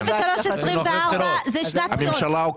2023 ו-2024 זאת שנת בחירות.